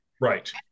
Right